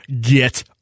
Get